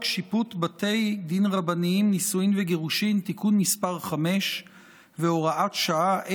שיפוט בתי דין רבניים (נישואין וגירושין) (תיקון מס' 5 והוראת שעה),